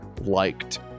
liked